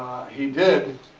he did,